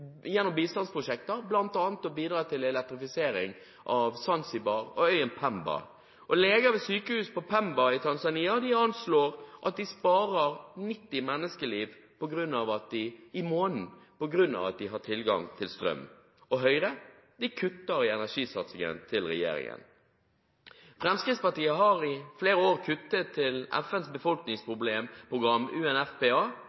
gjennom bistandsprosjekter, til bl.a. elektrifisering av Zanzibar og øyen Pemba. Leger ved sykehus på Pemba i Tanzania anslår at de sparer 90 menneskeliv i måneden på grunn av at de har tilgang til strøm. Høyre, de kutter i energisatsingen til regjeringen. Fremskrittspartiet har i flere år kuttet i bevilgningene til FNs